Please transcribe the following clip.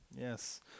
Yes